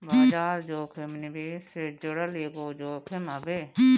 बाजार जोखिम निवेश से जुड़ल एगो जोखिम हवे